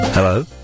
Hello